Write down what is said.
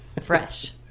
Fresh